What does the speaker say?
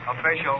official